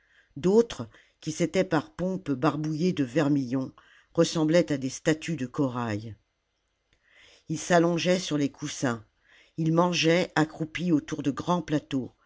d'autres qui s'étaient par pompe barbouillés de vermillon ressemblaient à des statues de corail ils s'allongeaient sur les coussins ils mangeaient accroupis autour de grands plateaux